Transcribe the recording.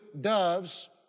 doves